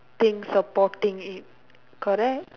thing supporting it correct